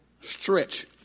stretch